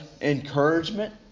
encouragement